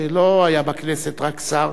שלא היה בכנסת רק שר,